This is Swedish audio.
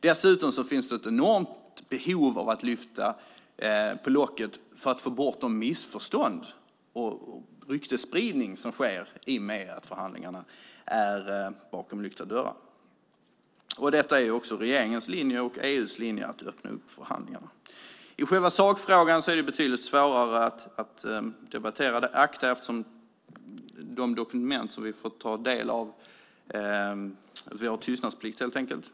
Dessutom finns det ett enormt behov av att lyfta på locket för att få bort de missförstånd och den ryktesspridning som sker i och med att förhandlingarna är bakom lyckta dörrar. Det är också regeringens och EU:s linje att öppna upp förhandlingarna. I själva sakfrågan är det betydligt svårare att debattera ACTA eftersom vi har tystnadsplikt när det gäller de dokument som vi får ta del av.